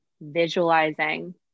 visualizing